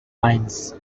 mines